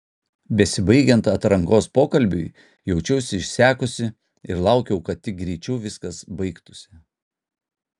besibaigiant atrankos pokalbiui jaučiausi išsekusi ir laukiau kad tik greičiau viskas baigtųsi